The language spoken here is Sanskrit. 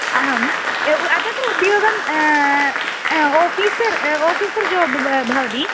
अहं तत्र उद्योगं ओफ़ीसर् आफ़ीसर् जोब् भवति